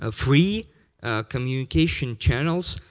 ah free communication channels,